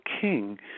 King